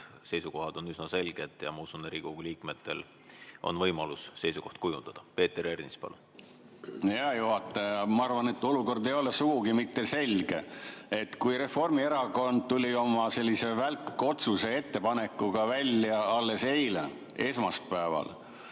seisukohad on üsna selged ja ma usun, et Riigikogu liikmetel on võimalus seisukoht kujundada. Peeter Ernits, palun! Hea juhataja! Ma arvan, et olukord ei ole sugugi selge. Reformierakond tuli oma sellise välkotsuse ettepanekuga välja alles eile, esmaspäeva